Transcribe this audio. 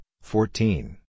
fourteen